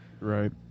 right